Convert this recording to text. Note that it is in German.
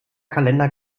kalender